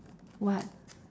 what